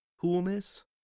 coolness